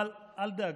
אבל אל דאגה,